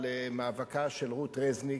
למאבקה של רות רזניק,